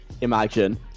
imagine